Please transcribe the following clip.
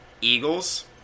Eagles